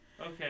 Okay